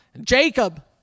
Jacob